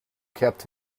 kept